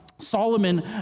Solomon